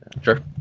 Sure